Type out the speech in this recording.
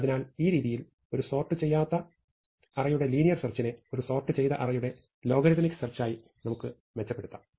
അതിനാൽ ഈ രീതിയിൽ ഒരു സോർട് ചെയ്യാത്ത അറേയുടെ ലീനിയർ സെർച്ചിനെ ഒരു സോർട് ചെയ്ത അറേയുടെ ലോഗരിഥമിക് സെർച്ച് ആയി നമുക്ക്മെച്ചപ്പെടുത്താം